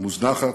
מוזנחת,